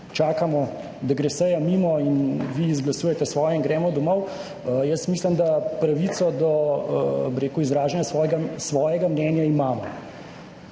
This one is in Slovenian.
čakamo, da gre seja mimo in vi izglasujete svoje in gremo domov? Jaz mislim, da imamo pravico do izražanja svojega mnenja.